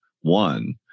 one